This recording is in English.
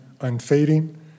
unfading